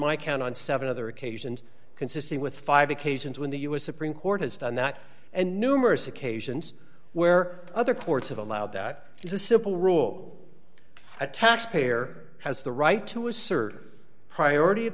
my count on seven other occasions consistent with five occasions when the us supreme court has done that and numerous occasions where other courts have allowed that is a simple rule a taxpayer has the right to assert priority of